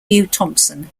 thompson